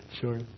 sure